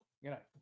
Goodnight